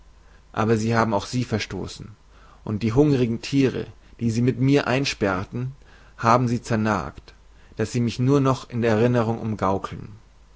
aber sie haben auch sie verstoßen und die hungrigen thiere die sie mit mir einsperrten haben sie zernagt daß sie mich nur noch in der erinnerung umgaukeln